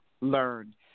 learn